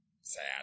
sad